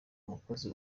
umukozi